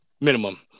Minimum